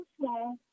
small